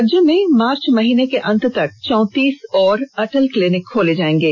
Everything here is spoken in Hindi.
राज्य में मार्च महीने के अंत तक चौतीस और अटल क्लिनिक खोले जाएंगे